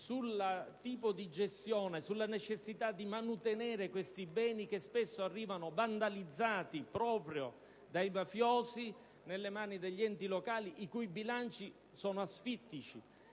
sul tipo di gestione e sulla necessità di manutenere questi beni, che spesso arrivano vandalizzati proprio dai mafiosi nelle mani degli enti locali, i cui bilanci sono asfittici